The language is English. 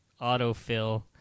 autofill